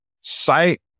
Sight